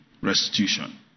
restitution